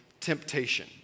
temptation